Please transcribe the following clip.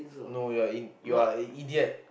no you are in you're an idiot